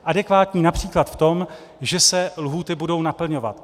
Adekvátní například v tom, že se lhůty budou naplňovat.